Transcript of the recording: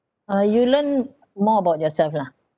uh you learn more about yourself lah